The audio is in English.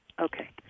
Okay